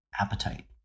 appetite